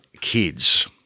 kids